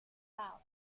out